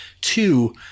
Two